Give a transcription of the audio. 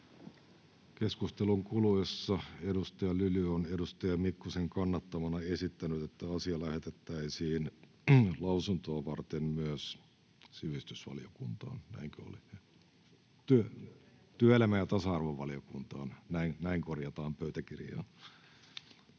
Keskustelun kuluessa Lauri Lyly on Anna-Kristiina Mikkosen kannattamana esittänyt, että asia lähetettäisiin lausuntoa varten myös työelämä- ja tasa-arvovaliokuntaan. Lähetekeskustelua